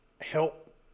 help